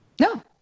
No